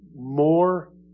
More